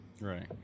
right